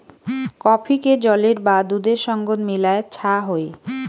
কফিকে জলের বা দুধের সঙ্গত মিলায় ছা হই